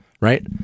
Right